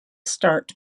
start